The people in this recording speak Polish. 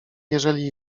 jeżeli